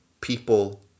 people